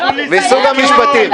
מסוג המשפטים.